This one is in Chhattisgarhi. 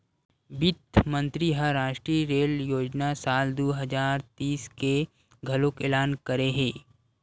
बित्त मंतरी ह रास्टीय रेल योजना साल दू हजार तीस के घलोक एलान करे हे